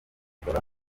zikora